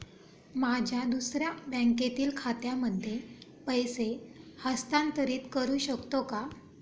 माझ्या दुसऱ्या बँकेतील खात्यामध्ये पैसे हस्तांतरित करू शकतो का?